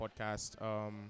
podcast